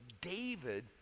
David